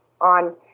on